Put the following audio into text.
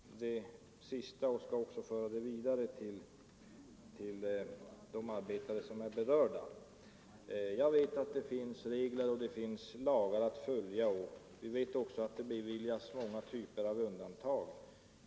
Herr talman! Jag noterar statsrådets senaste uttalande och skall också föra det vidare till de arbetare som är berörda. Vi vet att det finns regler och lagar att följa, men vi vet också att det beviljas många undantag.